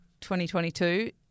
2022